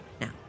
Now